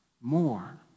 more